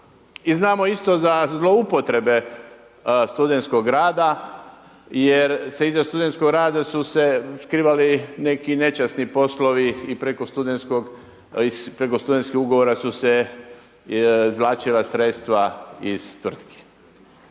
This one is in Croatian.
I znamo isto za zloupotrebe studentskog rada jer se iza studentskog rada su se skrivali neki nečasni poslovi i preko studentskih ugovora su se izvlačila sredstva iz tvrtki.